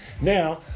Now